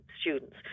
students